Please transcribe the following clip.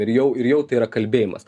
ir jau ir jau tai yra kalbėjimas